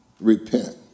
repent